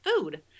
food